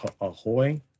Ahoy